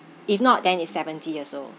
if not then is seventy years old